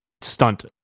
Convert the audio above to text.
stunt